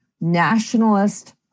nationalist